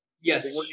Yes